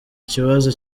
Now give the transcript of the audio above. ikibazo